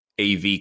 AV